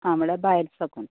हा म्हटल्यार भायर साकून